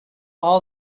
all